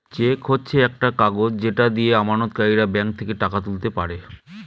check হচ্ছে একটা কাগজ যেটা দিয়ে আমানতকারীরা ব্যাঙ্ক থেকে টাকা তুলতে পারে